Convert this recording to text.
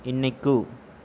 இன்னைக்கு